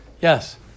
Yes